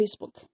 Facebook